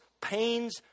pains